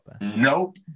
Nope